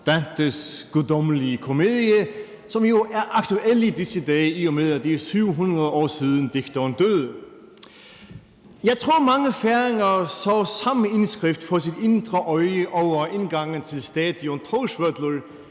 Dantes »Den Guddommelige Komedie«, som jo er aktuel i disse dage, i og med at det er 700 år siden, digteren døde. Jeg tror, mange færinger så samme indskrift for deres indre øje over indgangen til Tórsvøllur